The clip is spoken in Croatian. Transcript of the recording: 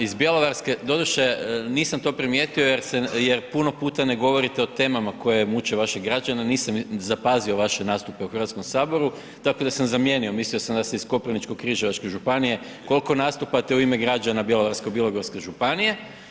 Iz bjelovarske, doduše, nisam to primijetio jer puno puta ne govorite o temama koje muče vaše građane, nisam zapazio vaše nastupe u HS-u tako da sam zamijenio, mislio sam da ste iz Koprivničko-križevačke županije, koliko nastupate u ime građana Bjelovarsko-bilogorske županije.